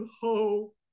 hope